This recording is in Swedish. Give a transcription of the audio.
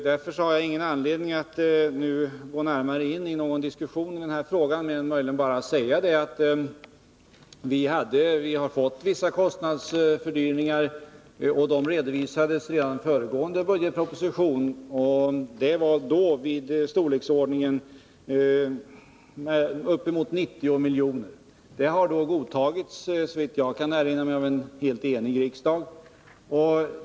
Därför har jag ingen anledning att nu gå närmare in i någon diskussion i denna fråga, mer än att möjligen säga att vi har fått vissa kostnadsfördyringar. De redovisades redan i föregående budgetproposition, och de var då i storleksordningen 90 milj.kr. Det har, såvitt jag kan erinra mig, godtagits av en helt enig riksdag.